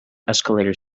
escalator